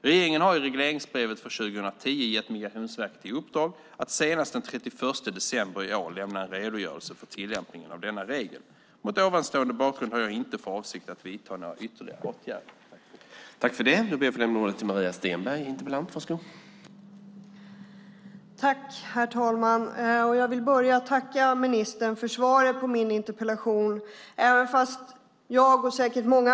Regeringen har i regleringsbrevet för 2010 gett Migrationsverket i uppdrag att senast den 31 december i år lämna en redogörelse för tillämpningen av denna regel. Mot denna bakgrund har jag inte för avsikt att vidta några ytterligare åtgärder. Då Veronica Palm, som framställt en av interpellationerna, hade anmält att hon var förhindrad att närvara vid sammanträdet medgav förste vice talmannen att Maria Stenberg fick ta emot båda interpellationssvaren.